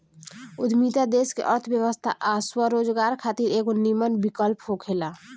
उद्यमिता देश के अर्थव्यवस्था आ स्वरोजगार खातिर एगो निमन विकल्प होखेला